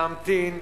להמתין,